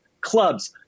clubs